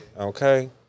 Okay